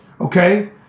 Okay